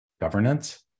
governance